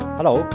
Hello